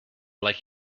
like